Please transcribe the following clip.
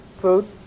food